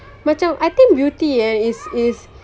macam I think beauty eh is is